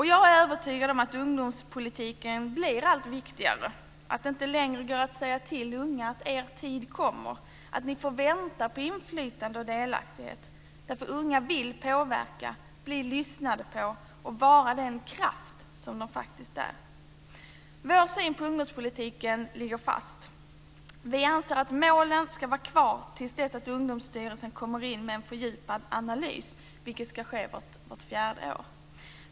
Jag är övertygad om att ungdomspolitiken blir allt viktigare, att det inte längre går att säga till unga: Er tid kommer. Ni får vänta på inflytande och delaktighet. Unga vill påverka, bli lyssnade på och vara den kraft de faktiskt är. Vår syn på ungdomspolitiken ligger fast. Vi anser att målen ska vara kvar till dess att Ungdomsstyrelsen kommer in med en fördjupad analys, vilket ska ske vart fjärde år.